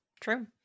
true